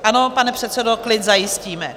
Ano, pane předsedo, klid zajistíme.